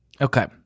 Okay